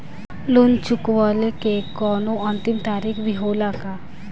Loan चुकवले के कौनो अंतिम तारीख भी होला का?